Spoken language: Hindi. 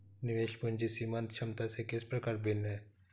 निवेश पूंजी सीमांत क्षमता से किस प्रकार भिन्न है?